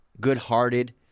good-hearted